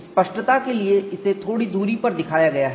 स्पष्टता के लिए इसे थोड़ी दूरी पर दिखाया गया है